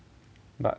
but